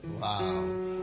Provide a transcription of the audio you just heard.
Wow